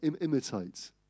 imitate